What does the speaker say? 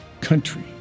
country